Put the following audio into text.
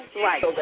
Right